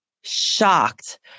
shocked